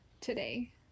today